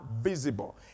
visible